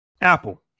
Apple